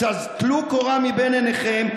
אז טלו קורה מבין עיניכם,